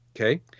Okay